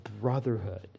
brotherhood